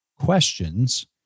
questions